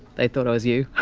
they thought i was you.